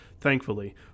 Thankfully